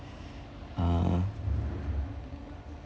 uh